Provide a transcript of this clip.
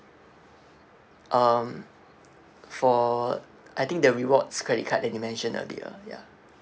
um for I think the rewards credit card that you mentioned earlier ya